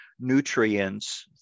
nutrients